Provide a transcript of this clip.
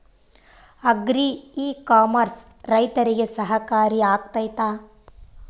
Agri e commerce ರೈತರಿಗೆ ಸಹಕಾರಿ ಆಗ್ತೈತಾ?